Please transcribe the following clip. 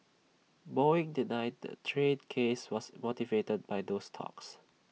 boeing denied the trade case was motivated by those talks